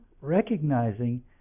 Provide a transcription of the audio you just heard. recognizing